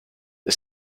thy